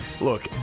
look